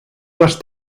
les